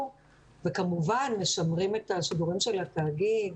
וכמובן משמרים את השידורים של התאגיד,